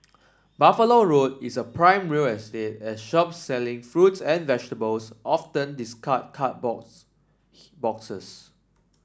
Buffalo Road is prime real estate as shop selling fruits and vegetables often discard card books boxes